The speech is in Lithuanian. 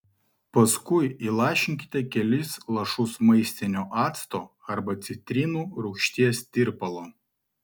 paskui įlašinkite kelis lašus maistinio acto arba citrinų rūgšties tirpalo